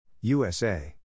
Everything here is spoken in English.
USA